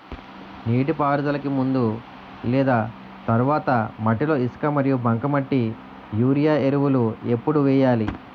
నీటిపారుదలకి ముందు లేదా తర్వాత మట్టిలో ఇసుక మరియు బంకమట్టి యూరియా ఎరువులు ఎప్పుడు వేయాలి?